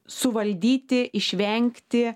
suvaldyti išvengti